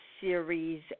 series